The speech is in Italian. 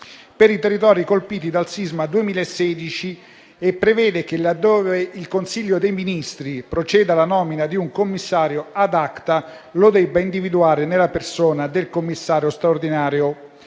per i territori colpiti dal sisma del 2016 e prevede che, laddove il Consiglio dei ministri proceda alla nomina di un commissario *ad acta*, lo debba individuare nella persona del commissario straordinario.